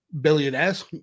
billionaires